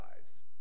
lives